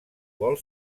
vol